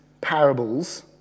parables